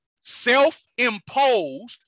self-imposed